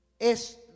Es